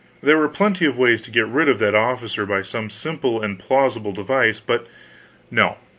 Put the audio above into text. there were plenty of ways to get rid of that officer by some simple and plausible device, but no,